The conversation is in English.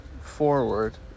forward